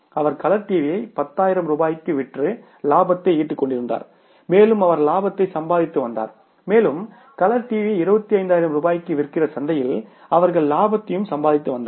அவர் colour டிவியை 10000 ரூபாய்க்கு விற்று லாபத்தை ஈட்டிக் கொண்டிருந்தார் மேலும் அவர் லாபத்தையும் சம்பாதித்து வந்தார் மேலும் கலர் டிவியை 25000 ரூபாய்க்கு விற்கிற சந்தையில் அவர்கள் லாபத்தையும் சம்பாதித்து வந்தார்